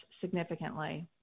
significantly